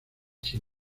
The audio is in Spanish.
sin